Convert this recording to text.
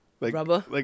Rubber